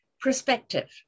perspective